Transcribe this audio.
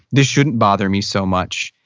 this shouldn't bother me so much.